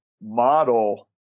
model